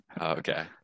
Okay